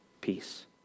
peace